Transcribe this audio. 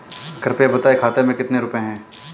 कृपया बताएं खाते में कितने रुपए हैं?